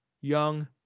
young